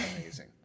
amazing